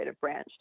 branch